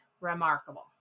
remarkable